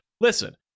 listen